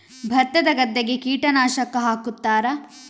ಭತ್ತದ ಗದ್ದೆಗೆ ಕೀಟನಾಶಕ ಹಾಕುತ್ತಾರಾ?